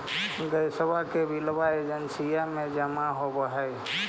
गैसवा के बिलवा एजेंसिया मे जमा होव है?